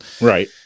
Right